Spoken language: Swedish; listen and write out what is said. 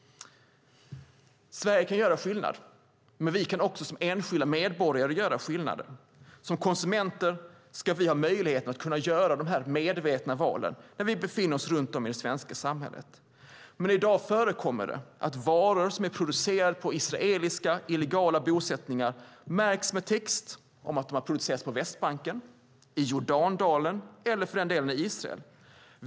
Sverige kan göra skillnad, men som enskilda medborgare kan vi också göra skillnad. Som konsumenter ska vi ha möjlighet att göra medvetna val när vi befinner oss runt om i det svenska samhället. Men i dag förekommer det att varor som är producerade på israeliska illegala bosättningar märks med text om att de har producerats på Västbanken, i Jordandalen eller i Israel.